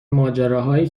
ماجراهایی